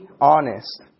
honest